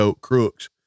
crooks